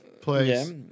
place